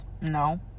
no